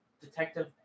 Detective